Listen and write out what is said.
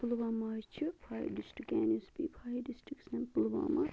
پُلوامہ ہس چھِ five district five districts in Pulwama